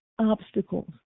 obstacles